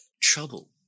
trouble